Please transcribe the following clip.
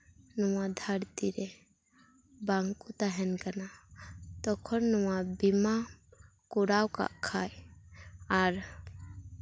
ᱱᱚᱣᱟ ᱫᱷᱟᱹᱨᱛᱤ ᱨᱮ ᱵᱟᱝᱠᱚ ᱛᱟᱦᱮᱱ ᱠᱟᱱᱟ ᱛᱚᱠᱷᱚᱱ ᱱᱚᱣᱟ ᱵᱤᱢᱟ ᱠᱚᱨᱟᱣ ᱠᱟᱜ ᱠᱷᱟᱡ ᱟᱨ